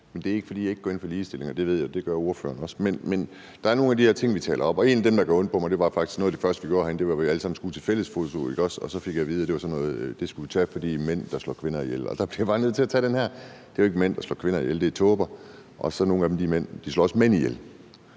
men det er ikke, fordi jeg ikke går ind for ligestilling, og det ved jeg ordføreren gør. Men der er nogle af de her ting, vi taler op, og en af dem, der gør ondt på mig, var faktisk, at noget af det første, vi gjorde herinde, var, at vi alle sammen skulle have taget fælles foto, og så fik jeg at vide, at det skulle vi tage, fordi mænd slår kvinder ihjel. Der bliver jeg bare nødt til at sige, at det jo ikke er mænd, der slår kvinder ihjel; det er tåber, og nogle af dem er mænd. De slår også mænd ihjel.